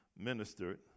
ministered